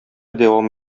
дәвам